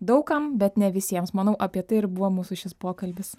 daug kam bet ne visiems manau apie tai ir buvo mūsų šis pokalbis